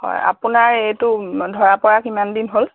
হয় আপোনাৰ এইটো ধৰা পৰা কিমান দিন হ'ল